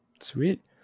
Sweet